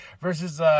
versus